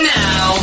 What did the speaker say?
now